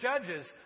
judges